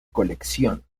colección